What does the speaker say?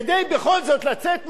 כדי בכל זאת לצאת מזה,